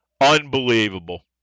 Unbelievable